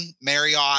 Marriott